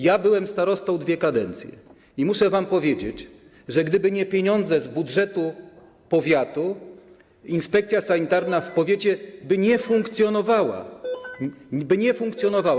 Ja byłem starostą dwie kadencje i muszę wam powiedzieć, że gdyby nie pieniądze z budżetu powiatu, inspekcja sanitarna w powiecie by nie funkcjonowała.